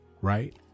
Right